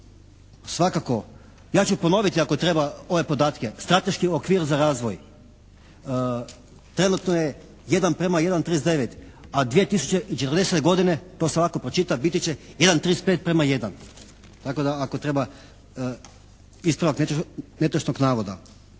svakako ja ću ponoviti ako treba ove podatke, Strateški okvir za razvoj, trenutno je 1 prema 1,39, a 2040. godine to svakako pročitajte biti će 1,35 prema 1. Tako da ako treba ispravak netočnog navoda.